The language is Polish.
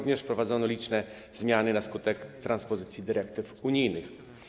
Wprowadzono również liczne zmiany na skutek transpozycji dyrektyw unijnych.